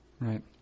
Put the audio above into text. Right